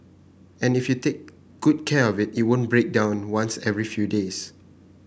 and if you take good care of it it won't break down once every few days